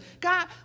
God